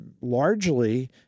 largely